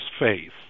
faith